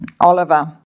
Oliver